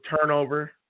turnover